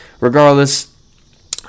regardless